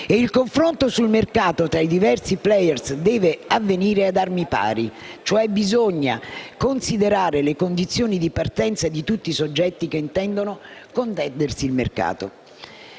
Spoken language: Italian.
E il confronto sul mercato tra i diversi *player* deve avvenire ad armi pari: cioè bisogna considerare le condizioni di partenza di tutti i soggetti che intendono contendersi il mercato.